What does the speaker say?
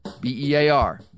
B-E-A-R